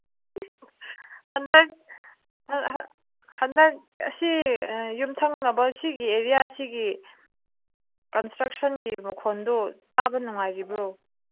ꯍꯟꯗꯛ ꯍꯟꯗꯛ ꯑꯁꯤ ꯌꯨꯝꯊꯪꯅꯕ ꯁꯤꯒꯤ ꯑꯦꯔꯤꯌꯥꯁꯤꯒꯤ ꯀꯟꯁꯇ꯭ꯔꯛꯁꯟꯒꯤ ꯃꯈꯣꯟꯗꯣ ꯇꯥꯕ ꯅꯨꯡꯉꯥꯏꯔꯤꯕ꯭ꯔꯣ